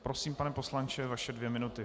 Prosím, pane poslanče, vaše dvě minuty.